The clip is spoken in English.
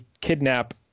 kidnap